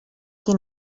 qui